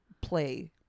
play